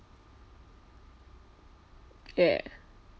ya